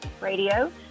Radio